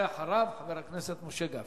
ואחריו, חבר הכנסת משה גפני.